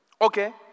Okay